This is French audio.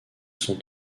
sont